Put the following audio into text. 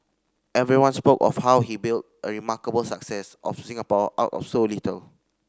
everyone spoke of how he built a remarkable success of Singapore out of so little